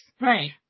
Right